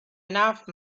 enough